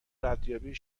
ردیابی